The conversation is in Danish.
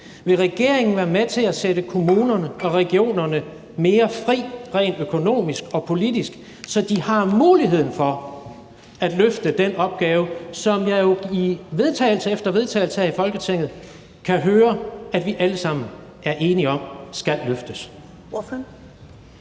Vil regeringen være med til at sætte kommunerne og regionerne mere fri rent økonomisk og politisk, så de har muligheden for at løfte den opgave, som jeg jo i vedtagelse efter vedtagelse her i Folketinget kan høre vi alle sammen er enige om skal løftes?